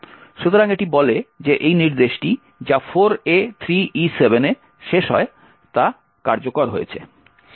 সুতরাং এটি বলে যে এই নির্দেশটি যা 4a3e7 এ শেষ হয় তা কার্যকর হয়েছে